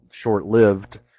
short-lived